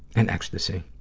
and ecstasy.